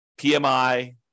PMI